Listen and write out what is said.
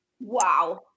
Wow